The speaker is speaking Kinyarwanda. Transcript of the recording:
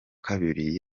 kabiri